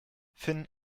finn